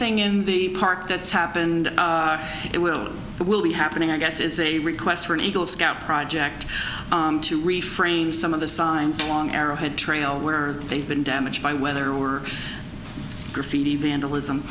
thing in the park that's happened it will it will be happening i guess is a request for an eagle scout project to reframe some of the signs along arrowhead trail where they've been damaged by weather or graffiti vandalism